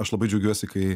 aš labai džiaugiuosi kai